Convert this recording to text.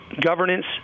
governance